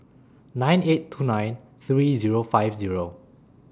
nine eight two nine three Zero five Zero